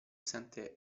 sente